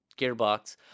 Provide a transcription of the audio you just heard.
Gearbox